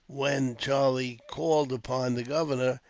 when charlie called upon the governor,